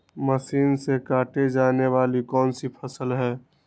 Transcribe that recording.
Machine से काटे जाने वाली कौन सी फसल है?